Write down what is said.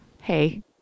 Hey